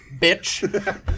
bitch